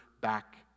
back